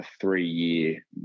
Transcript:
three-year